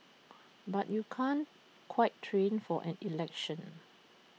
but you can't quite train for an election